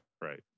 Right